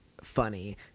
funny